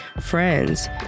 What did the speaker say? friends